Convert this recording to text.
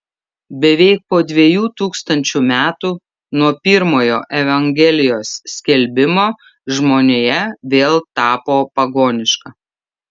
beveik po dviejų tūkstančių metų nuo pirmojo evangelijos skelbimo žmonija vėl tapo pagoniška